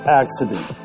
accident